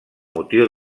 motiu